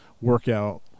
workout